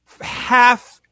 half